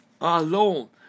alone